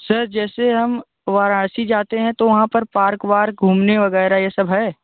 sir जैसे हम वाराणसी जाते हैं तो वहाँ पर पार्क वार्क घूमने वग़ैरह यह सब है